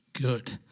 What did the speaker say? good